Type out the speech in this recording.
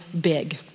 big